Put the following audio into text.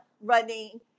running